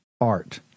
art